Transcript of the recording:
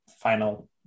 final